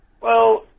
Well-